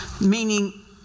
Meaning